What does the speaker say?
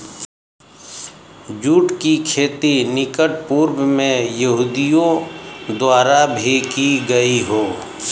जुट की खेती निकट पूर्व में यहूदियों द्वारा भी की गई हो